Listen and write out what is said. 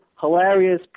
hilarious